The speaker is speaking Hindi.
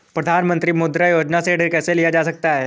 प्रधानमंत्री मुद्रा योजना से ऋण कैसे लिया जा सकता है?